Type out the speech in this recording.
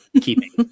keeping